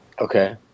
Okay